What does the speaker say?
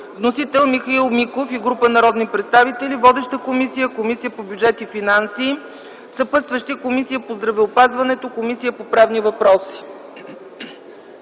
Вносители са Михаил Миков и група народни представители. Водеща е Комисията по бюджет и финанси. Съпътстващи са Комисията по здравеопазването и Комисията по правни въпроси.